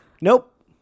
Nope